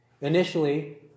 Initially